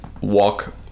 walk